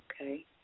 Okay